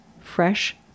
fresh